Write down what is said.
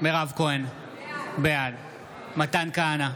מירב כהן, בעד מתן כהנא,